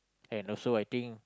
and also I think